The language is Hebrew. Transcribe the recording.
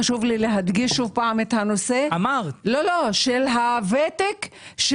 חשוב לי להדגיש שוב את הנושא של הוותק של